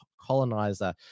colonizer